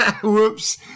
Whoops